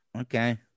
Okay